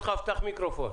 אמישראגז,